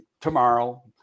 tomorrow